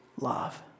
love